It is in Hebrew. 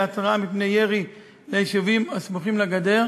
התרעה מפני ירי על יישובים הסמוכים לגדר,